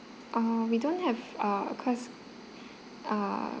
uh we don't have uh cause uh